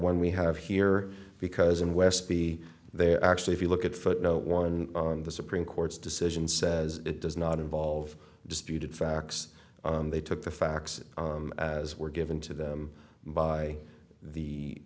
one we have here because in west be there actually if you look at footnote one on the supreme court's decision says it does not involve disputed facts they took the facts as were given to them by the